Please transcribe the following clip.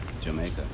Jamaica